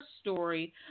story